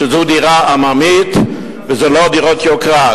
שזו דירה עממית וזה לא דירות יוקרה.